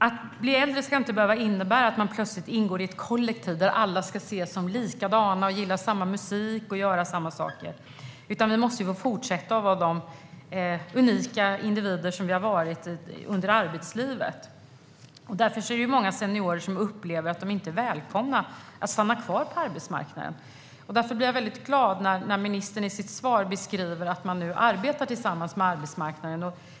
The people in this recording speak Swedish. Att bli äldre ska inte behöva innebära att man plötsligt ingår i ett kollektiv där alla ska ses som likadana och gilla samma musik och göra samma saker. Vi måste få fortsätta att vara de unika individer som vi har varit under arbetslivet. Många seniorer upplever att de inte är välkomna att stanna kvar på arbetsmarknaden. Därför blev jag väldigt glad när ministern i sitt svar beskrev att man nu arbetar tillsammans med arbetsmarknaden.